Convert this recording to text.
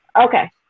Okay